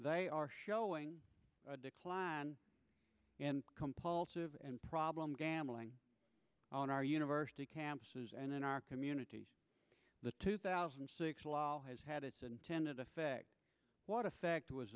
women are showing a decline compulsive and problem gambling on our university campuses and in our community the two thousand and six law has had its intended effect what effect was